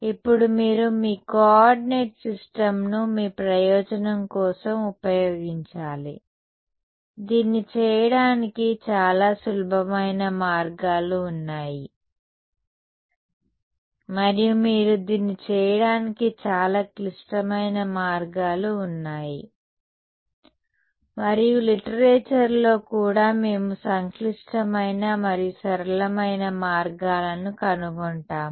ఇప్పుడు మీరు మీ కోఆర్డినేట్ సిస్టమ్ను మీ ప్రయోజనం కోసం ఉపయోగించాలి దీన్ని చేయడానికి చాలా సులభమైన మార్గాలు ఉన్నాయి మరియు దీన్ని చేయడానికి చాలా క్లిష్టమైన మార్గాలు ఉన్నాయి మరియు లిటరేచర్ లో కూడా మేము సంక్లిష్టమైన మరియు సరళమైన మార్గాలను కనుగొంటాము